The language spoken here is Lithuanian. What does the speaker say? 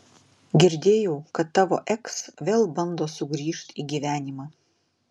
girdėjau kad tavo eks vėl bando sugrįžt į gyvenimą